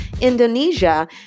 Indonesia